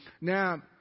Now